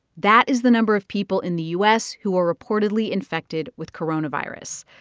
that is the number of people in the u s. who are reportedly infected with coronavirus.